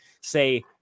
say